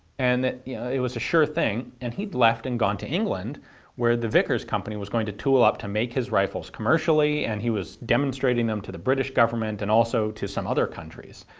and that yeah it was a sure thing. and he'd left and gone to england where the vickers company was going to tool up to make his rifles commercially, and he was demonstrating them to the british government, and also to some other countries.